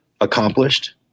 accomplished